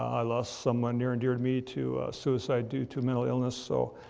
i lost someone near and dear to me to a suicide due to mental illness. so,